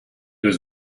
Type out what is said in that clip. was